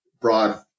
broad